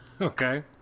Okay